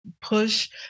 push